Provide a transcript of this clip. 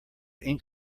ink